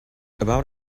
about